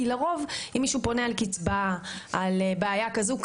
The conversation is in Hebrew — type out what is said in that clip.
כי אם מישהו פונה על קצבה או בעיה כזו,